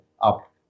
up